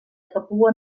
papua